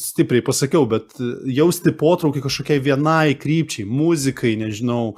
stipriai pasakiau bet jausti potraukį kažkokiai vienai krypčiai muzikai nežinau